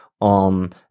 on